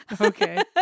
Okay